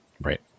right